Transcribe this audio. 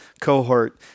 cohort